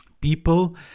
people